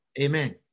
Amen